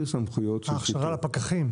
הכשרה לפקחים.